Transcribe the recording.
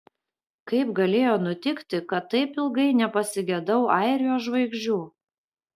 kaip galėjo nutikti kad taip ilgai nepasigedau airijos žvaigždžių